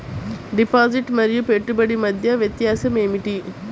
Deposit మరియు పెట్టుబడి మధ్య వ్యత్యాసం ఏమిటీ?